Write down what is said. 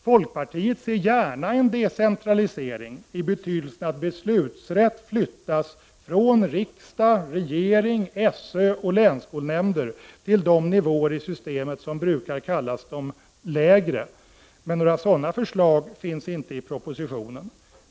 Folkpartiet ser gärna en decentralisering i den betydelsen att beslutsrätt flyttas från riksdag, regering, SÖ och länsskolnämnder till de nivåer i systemet som brukar kallas de lägre. Men några sådana förslag finns inte i propositionen.